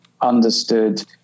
understood